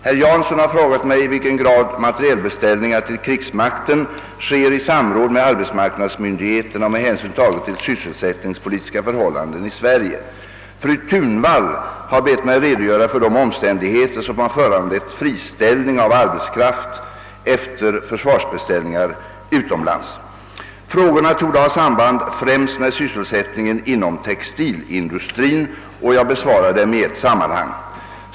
Herr Jansson har frågat mig, i vilken grad materielbeställningar till krigsmakten sker i samråd med arbetsmarknadsmyndigheterna och med hänsyn tagen till sysselsättningspolitiska förhållanden i Sverige. Fru Thunvall har bett mig att redogöra för de omständigheter som har föranlett friställning av arbetskraft efter försvarsbeställningar utomlands. Frågorna torde ha samband främst med sysselsättningen inom textilindusttrin. Jag besvarar dem i ett sammanhang.